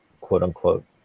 quote-unquote